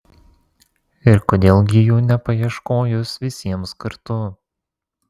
ir kodėl gi jų nepaieškojus visiems kartu